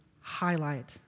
highlight